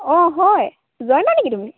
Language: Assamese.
অঁ হয় যোৱাই নাই নেকি তুমি